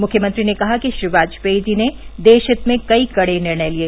मुख्यमंत्री ने कहा कि श्री वाजर्पई जी ने देश हित में कई कड़े निर्णय लिये